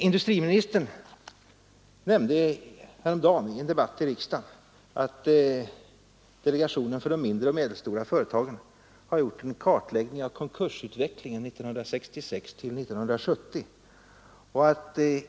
Industriministern nämnde häromdagen i en debatt i riksdagen, att delegationen för de mindre och medelstora företagen har gjort en kartläggning av konkursutvecklingen 1966—1970.